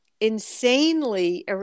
insanely